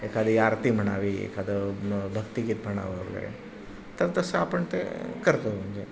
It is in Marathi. एखादी आरती म्हणावी एखादं भक्तिगीत म्हणावं वगैरे तर तसं आपण ते करतो म्हणजे